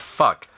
fuck